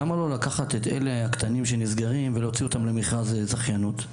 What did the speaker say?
למה לא לקחת את אלה הקטנים שנסגרים ולהוציא אותם למכרז זכיינות?